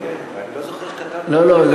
אני לא זוכר שכתבתי, לא, לא.